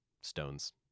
stones